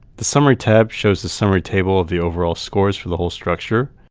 the summary tab shows the summary table of the overall scores for the whole structure.